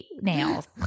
nails